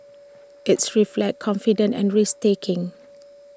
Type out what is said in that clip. its reflects confidence and risk taking